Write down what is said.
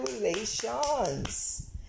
congratulations